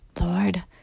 Lord